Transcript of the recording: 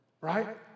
right